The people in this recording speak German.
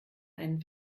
einen